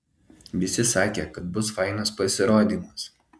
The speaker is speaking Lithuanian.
visi sakė kad bus fainas pasirodymas